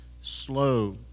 slow